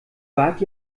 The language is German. wart